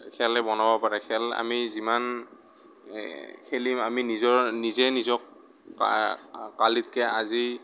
খেলে বনাব পাৰে খেল আমি যিমান খেলিম আমি নিজৰ নিজে নিজক কা কালিতকৈ আজি